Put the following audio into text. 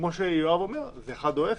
כמו שיואב אומר, זה אחד או אפס.